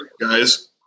guys